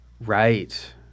Right